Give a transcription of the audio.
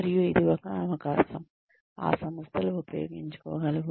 మరియు ఇది ఒక అవకాశం ఆ సంస్థలు ఉపయోగించుకోగలవు